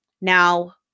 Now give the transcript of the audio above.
Now